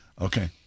Okay